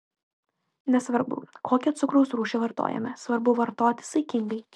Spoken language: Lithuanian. nesvarbu kokią cukraus rūšį vartojame svarbu vartoti saikingai